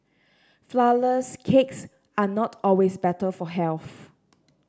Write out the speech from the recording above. flourless cakes are not always better for health